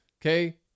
Okay